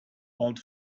old